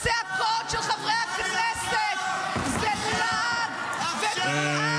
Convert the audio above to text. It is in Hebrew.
-- הצעקות של חברי הכנסת זה לעג --- עכשיו,